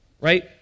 right